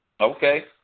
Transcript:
Okay